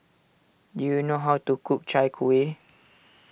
do you know how to cook Chai Kueh